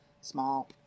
small